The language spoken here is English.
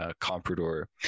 comprador